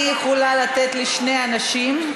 אני יכולה לתת לשני אנשים.